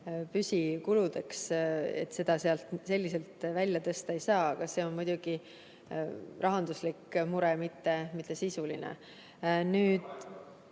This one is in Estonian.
püsikuludeks, seda sealt selliselt välja tõsta ei saa. Aga see on muidugi rahanduslik mure, mitte sisuline.